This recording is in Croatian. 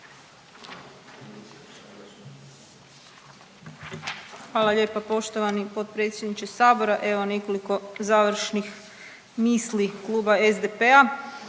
Hvala lijepa poštovani potpredsjedniče Sabora. Evo nekoliko završnih misli kluba SDP-a.